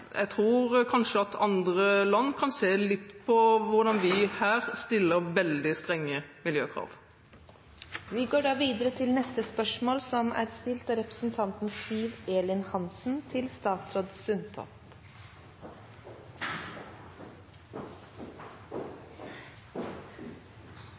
jeg tror at andre land kan se litt på hvordan vi her stiller veldig strenge